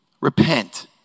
Repent